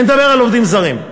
אני מדבר על עובדים זרים.